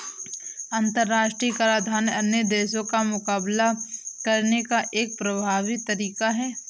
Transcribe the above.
अंतर्राष्ट्रीय कराधान अन्य देशों का मुकाबला करने का एक प्रभावी तरीका है